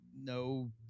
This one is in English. no